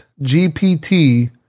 GPT